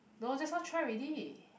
no just now try already